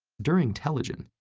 during telogen,